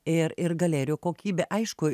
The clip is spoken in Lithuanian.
ir ir galerijų kokybė aišku